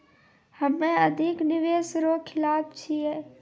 हम्मे अधिक निवेश रो खिलाफ छियै